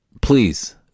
please